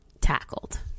tackled